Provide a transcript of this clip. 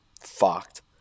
fucked